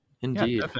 indeed